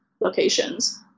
locations